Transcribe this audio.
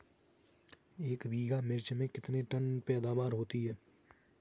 एक बीघा मिर्च में कितने टन पैदावार होती है?